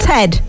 Ted